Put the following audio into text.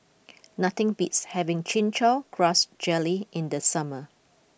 nothing beats having Chin Chow Grass Jelly in the summer